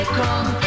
come